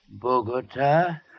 Bogota